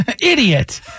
idiot